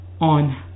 on